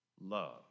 love